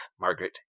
Margaret